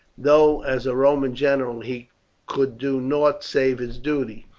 though as a roman general he could do nought save his duty.